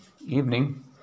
evening